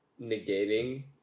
negating